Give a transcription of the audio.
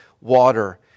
water